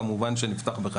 אז כמובן שזה מה שנעשה.